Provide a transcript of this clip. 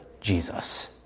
Jesus